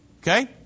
okay